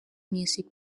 music